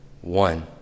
one